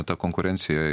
ta konkurencija